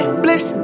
bliss